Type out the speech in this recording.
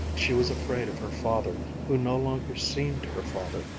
she was afraid of her father, who no longer seemed her father,